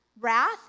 wrath